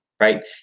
right